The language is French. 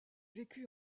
vécu